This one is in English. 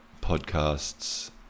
Podcasts